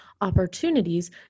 opportunities